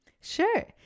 Sure